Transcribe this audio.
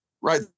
Right